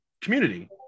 Community